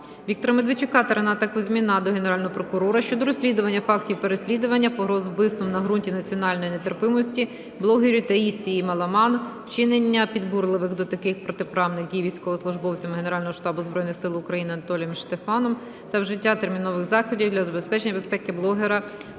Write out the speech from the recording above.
Віктора Медведчука та Рената Кузьміна до Генерального прокурора щодо розслідування фактів переслідування, погроз вбивством на ґрунті національної нетерпимості блогеру Таїсії Маламан, вчинення підбурювання до таких протиправних дій військовослужбовцем Генерального штабу Збройних Сил України Анатолієм Штефаном та вжиття термінових заходів для забезпечення безпеки блогера